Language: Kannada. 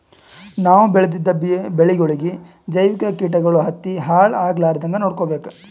ನಾವ್ ಬೆಳೆದಿದ್ದ ಬೆಳಿಗೊಳಿಗಿ ಜೈವಿಕ್ ಕೀಟಗಳು ಹತ್ತಿ ಹಾಳ್ ಆಗಲಾರದಂಗ್ ನೊಡ್ಕೊಬೇಕ್